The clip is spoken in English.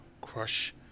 crush